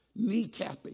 Kneecapping